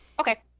Okay